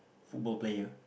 football player